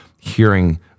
hearing